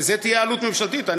לזה תהיה עלות ממשלתית,